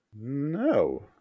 No